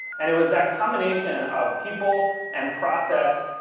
and it was that combination of people and process,